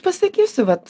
pasakysiu vat